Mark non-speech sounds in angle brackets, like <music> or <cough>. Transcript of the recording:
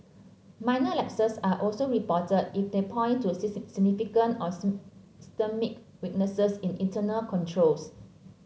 minor lapses are also reported if they point to <unintelligible> significant or systemic weaknesses in internal controls